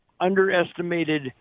underestimated